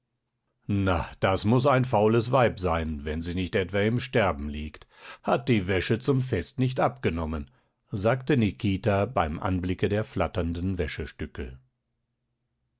na das muß ein faules weib sein wenn sie nicht etwa im sterben liegt hat die wäsche zum fest nicht abgenommen sagte nikita beim anblicke der flatternden wäschestücke